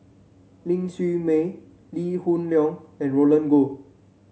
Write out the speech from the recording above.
Ling Siew May Lee Hoon Leong and Roland Goh